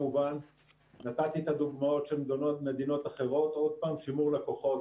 נתתי דוגמאות של מדינות אחרות לשימור לקוחות.